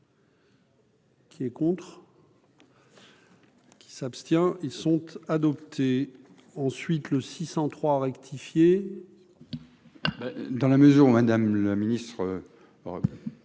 Qui est contre. Qui s'abstient ils sont adoptés ensuite le 603 rectifier. Dans la mesure où Madame le Ministre,